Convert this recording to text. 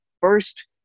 first